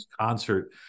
concert